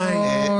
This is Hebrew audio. די.